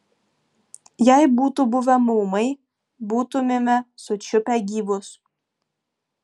jei būtų buvę maumai būtumėme sučiupę gyvus